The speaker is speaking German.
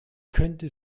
könnte